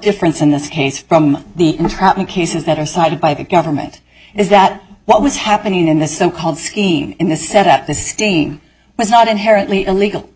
difference in this case from the entrapment cases that are cited by the government is that what was happening in the so called skiing in the set up the sting was not inherently illegal